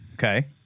Okay